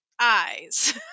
eyes